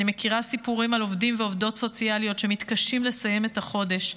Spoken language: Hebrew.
אני מכירה סיפורים על עובדים ועובדות סוציאליים שמתקשים לסיים את החודש.